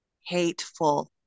hateful